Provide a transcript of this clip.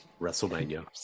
Wrestlemania